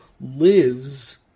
lives